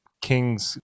king's